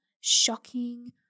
shocking